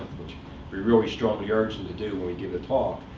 which we really, strongly urge them to do when we give the talk,